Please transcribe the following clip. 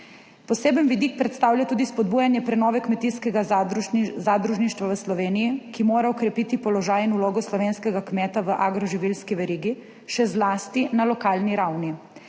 Poseben vidik predstavlja tudi spodbujanje prenove kmetijskega zadružništva v Sloveniji, ki mora okrepiti položaj in vlogo slovenskega kmeta v agroživilski verigi, še zlasti na lokalni ravni.